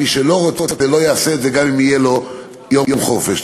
מי שלא רוצה לא יעשה את זה גם אם יהיה לו יום חופש.